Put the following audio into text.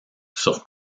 sur